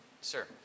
Sir